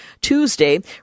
Tuesday